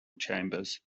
chambers